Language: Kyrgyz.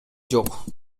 жок